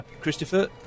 Christopher